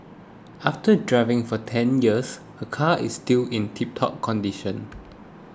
after driving for ten years her car is still in tiptop condition